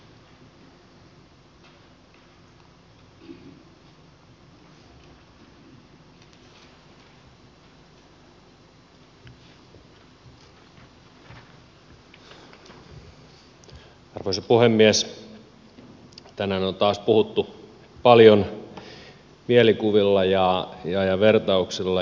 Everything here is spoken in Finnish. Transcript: tänään on taas puhuttu paljon mielikuvilla ja vertauksilla